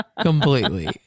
completely